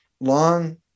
long